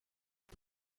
est